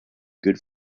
good